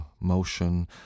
motion